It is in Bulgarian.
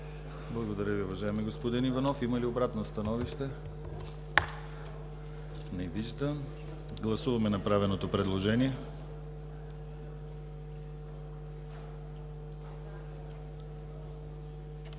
Благодаря Ви, уважаеми господин Иванов. Има ли обратно становище? Не виждам. Гласуваме направеното предложение.